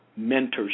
mentorship